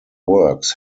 works